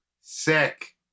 Sick